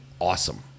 awesome